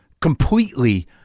completely